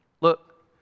Look